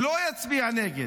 שלא יצביע נגד,